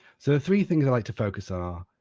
so the three things i like to focus on are,